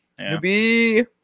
Newbie